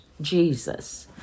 Jesus